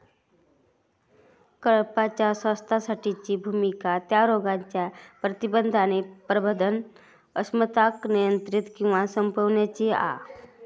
कळपाच्या स्वास्थ्यासाठीची भुमिका त्या रोगांच्या प्रतिबंध आणि प्रबंधन अक्षमतांका नियंत्रित किंवा संपवूची हा